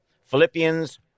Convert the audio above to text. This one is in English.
Philippians